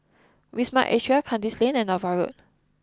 Wisma Atria Kandis Lane and Ava Road